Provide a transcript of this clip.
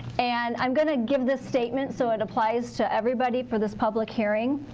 and i'm going to give this statement so it applies to everybody for this public hearing.